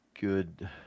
good